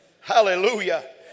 Hallelujah